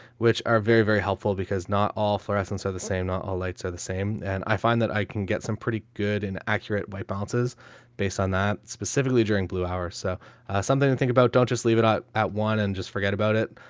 which are very, very helpful because not all fluorescents are the same. not all lights are the same. and i find that i can get some pretty good and accurate white balances based on that specifically during blue hour. so something to and think about. don't just leave it out at one and just forget about it.